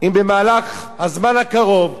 אם במהלך הזמן הקרוב,